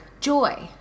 joy